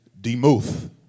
demuth